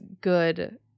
good